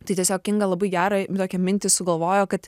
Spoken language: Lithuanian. tai tiesiog inga labai gerą tokią mintį sugalvojo kad